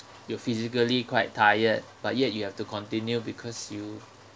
you're physically quite tired but yet you have to continue because you